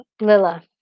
Lila